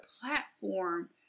platform